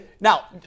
Now